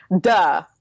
Duh